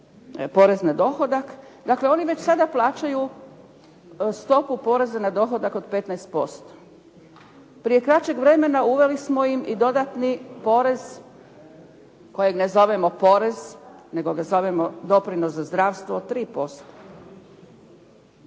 porez na dohodak, dakle oni već sada plaćaju stopa poreza na dohodak od 15%. Prije kraćeg vremena uveli smo im i dodatni porez kojeg ne zovemo porez, nego ga zovemo doprinos za zdravstvo 3%.